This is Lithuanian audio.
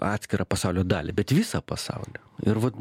atskirą pasaulio dalį bet visą pasaulį ir vat